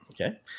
Okay